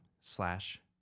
slash